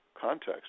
context